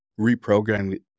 reprogramming